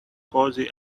cozy